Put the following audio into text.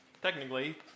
Technically